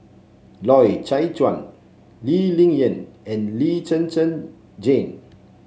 Loy Chye Chuan Lee Ling Yen and Lee Zhen Zhen Jane